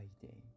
day